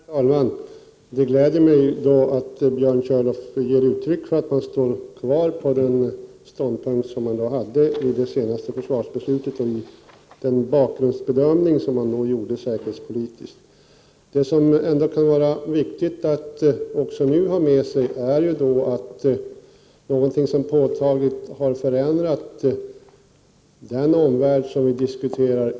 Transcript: Herr talman! Det gläder mig att Björn Körlof ger uttryck för att han står fast vid den ståndpunkt han hade om den säkerhetspolitiska bakgrundsbedömningen när vi fattade det senaste försvarsbeslutet. Vad som ändå nu kan vara viktigt att ha med sig i bedömningen är att någon förändring i negativ riktning inte kan avläsas i den omvärld vi diskuterar.